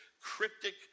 cryptic